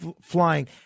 flying